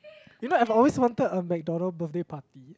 you know I have always wanted a McDonald's birthday party